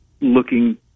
looking